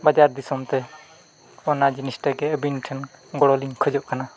ᱵᱟᱡᱟᱨ ᱫᱤᱥᱚᱢ ᱛᱮ ᱚᱱᱟ ᱡᱤᱱᱤᱥᱴᱟ ᱜᱮ ᱟᱹᱵᱤᱱ ᱴᱷᱮᱱ ᱜᱚᱲᱚ ᱞᱤᱧ ᱠᱷᱚᱡᱚᱜ ᱠᱟᱱᱟ